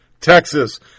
Texas